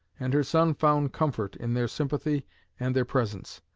and her son found comfort in their sympathy and their presence.